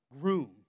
groom